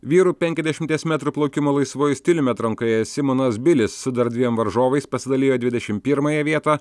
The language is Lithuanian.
vyrų penkiasdešimties metrų plaukimo laisvuoju stiliumi atrankoje simonas bilis su dar dviem varžovais pasidalijo dvidešimt pirmąją vietą